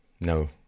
No